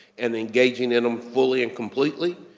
and engaging in them fully and completely,